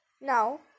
Now